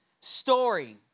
story